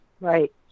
Right